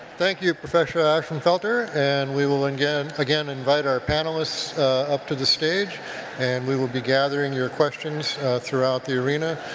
thank you, professor ashenfelter, and we will again again invite our panelists up to the stage and we will be gathering your questions throughout the arena,